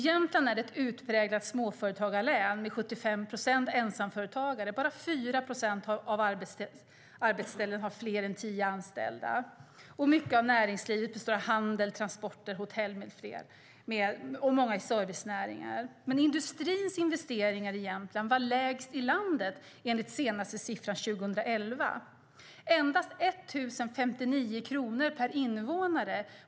Jämtland är ett utpräglat småföretagarlän med 75 procent ensamföretagare. Bara 4 procent av arbetsställena har fler än tio anställda. Mycket av näringslivet består av handel, transporter, hotell med flera servicenäringar, men industrins investeringar i Jämtland var enligt den senaste siffran 2011 lägst i landet, endast 1 059 kronor per invånare.